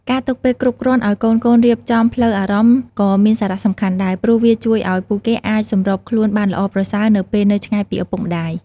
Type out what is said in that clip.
ការទុកពេលគ្រប់គ្រាន់ឱ្យកូនៗរៀបចំផ្លូវអារម្មណ៍ក៏មានសារៈសំខាន់ដែរ ព្រោះវាជួយឲ្យពួកគេអាចសម្របខ្លួនបានល្អប្រសើរនៅពេលនៅឆ្ងាយពីឪពុកម្តាយ។